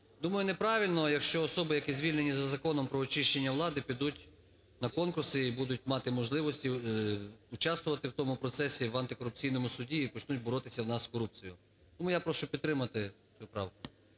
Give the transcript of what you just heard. Думаю, неправильно, якщо особи, які звільнені за Законом "Про очищення влади" підуть на конкурси і будуть мати можливостіучаствуватив тому процесі, в антикорупційному суді і почнуть боротися в нас з корупцією. Тому я прошу підтримати цю правку.